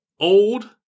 old